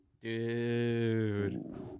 Dude